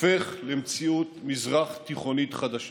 הופך למציאות מזרח תיכונית חדשה.